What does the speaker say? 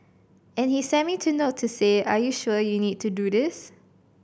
and he sent me to note to say are you sure you need to do this